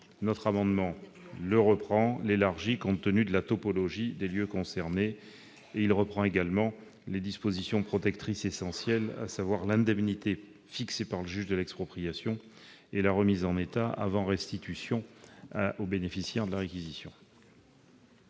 Notre amendement vise à la reprendre et à l'élargir, compte tenu de la topologie des lieux concernés. Il a également pour objet de reprendre les dispositions protectrices essentielles, à savoir l'indemnité fixée par le juge de l'expropriation et la remise en état avant restitution aux bénéficiaires de la réquisition.